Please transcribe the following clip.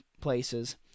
places